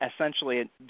essentially